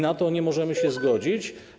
Na to nie możemy się zgodzić.